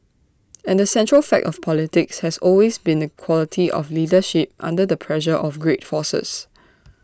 and the central fact of politics has always been the quality of leadership under the pressure of great forces